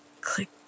click